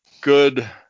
good